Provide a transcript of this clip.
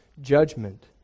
judgment